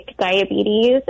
diabetes